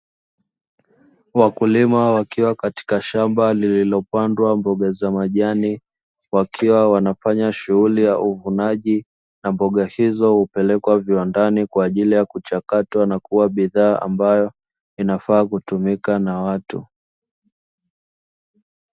Wakulima wakiwa katika shamba lililopandwa mboga za majani, wakiwa wanafanya shughuli ya uvunaji wa mboga hizo, ili kupelekwa viwandani kwa ajili ya kuchakatwa na kuwa bidhaa ambayo inafaa kutumika na watu.